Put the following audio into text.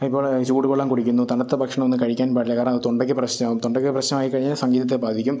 അതിപ്പോൾ ചൂടുവെള്ളം കുടിക്കുന്നു തണുത്ത ഭക്ഷണം ഒന്നും കഴിക്കാൻ പാടില്ല കാരണം അത് തൊണ്ടയ്ക്ക് പ്രശ്നമാകും തൊണ്ടയ്ക്കു പ്രശ്നം ആയി കഴിഞ്ഞാൽ അതു സംഗീതത്തെ ബാധിക്കും